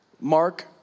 Mark